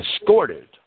escorted